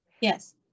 Yes